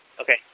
okay